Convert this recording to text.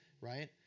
right